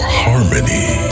harmony